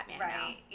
Right